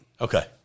Okay